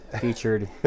featured